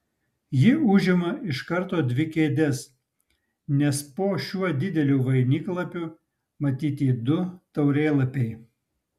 ji užima iš karto dvi kėdes nes po šiuo dideliu vainiklapiu matyti du taurėlapiai